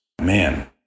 man